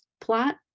plot